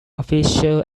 official